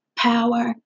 power